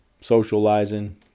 socializing